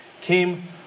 came